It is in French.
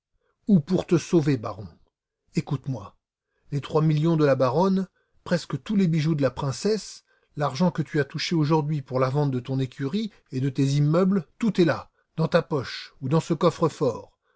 ou pour te sauver baron écoute-moi les trois millions de la baronne presque tous les bijoux de la princesse l'argent que tu as touché aujourd'hui pour la vente de ton écurie et de tes immeubles tout est là dans ta poche ou dans ce